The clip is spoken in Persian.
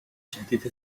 جدید